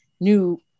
new